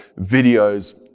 videos